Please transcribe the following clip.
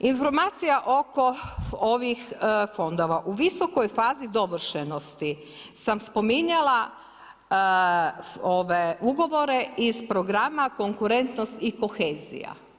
Informacija oko ovih fondova, u visokoj fazi dovršenosti sam spominjala ove ugovore iz programa konkurentnost i kohezija.